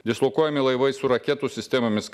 dislokuojami laivai su raketų sistemomis